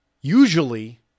usually